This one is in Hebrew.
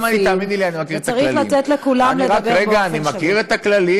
גם אני, תאמיני לי, מכיר את הכללים.